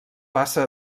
passa